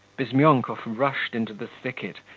bizmyonkov rushed into the thicket,